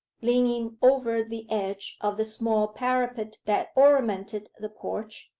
leaning over the edge of the small parapet that ornamented the porch,